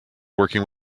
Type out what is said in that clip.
working